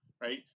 right